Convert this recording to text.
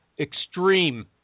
extreme